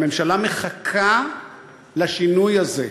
והמשטרה מחכה לשינוי הזה,